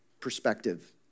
perspective